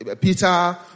Peter